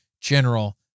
general